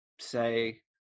Say